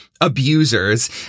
Abusers